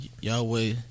Yahweh